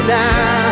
now